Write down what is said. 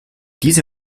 diese